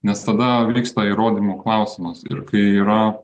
nes tada vyksta įrodymų klausimas ir kai yra